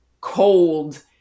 cold